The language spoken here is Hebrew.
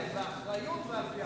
זה ההבדל.